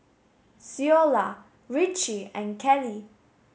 Ceola Ritchie and Keli